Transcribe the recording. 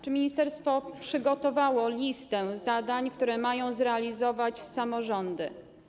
Czy ministerstwo przygotowało listę zadań, które mają zrealizować samorządy?